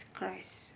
Christ